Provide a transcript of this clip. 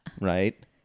Right